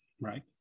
right